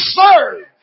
serve